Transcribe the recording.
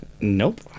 Nope